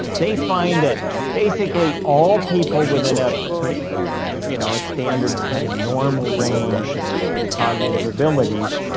they find that basically all people within a pretty you know ah standard kind of normal range of cognitive abilities,